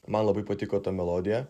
man labai patiko ta melodija